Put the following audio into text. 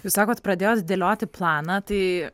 jūs sakot pradėjot dėlioti planą tai